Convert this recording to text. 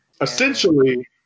Essentially